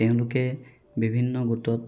তেওঁলোকে বিভিন্ন গোটত